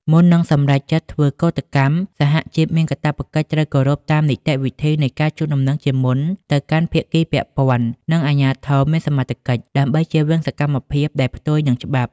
មុននឹងសម្រេចចិត្តធ្វើកូដកម្ម សហជីពមានកាតព្វកិច្ចត្រូវគោរពតាមនីតិវិធីនៃការជូនដំណឹងជាមុនទៅកាន់ភាគីពាក់ព័ន្ធ និងអាជ្ញាធរមានសមត្ថកិច្ច ដើម្បីចៀសវាងសកម្មភាពដែលផ្ទុយនឹងច្បាប់។